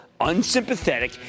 unsympathetic